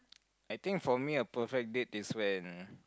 I think for me a perfect date is when